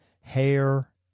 Hair